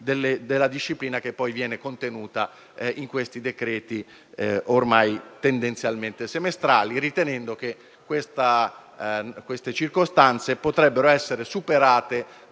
della disciplina contenuta in questi decreti, ormai a cadenza tendenzialmente semestrale, ritenendo che queste circostanze potrebbero essere superate